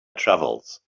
travels